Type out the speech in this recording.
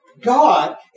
God